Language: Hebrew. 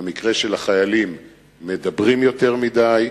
במקרה של החיילים מדברים יותר מדי,